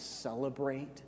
celebrate